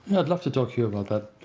i'd love to talk to you about that.